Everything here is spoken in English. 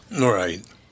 Right